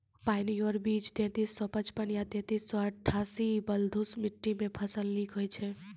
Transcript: Pioneer बीज तेंतीस सौ पचपन या तेंतीस सौ अट्ठासी बलधुस मिट्टी मे फसल निक होई छै?